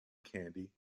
candy